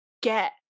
get